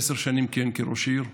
עשר שנים הוא כיהן כראש עיר,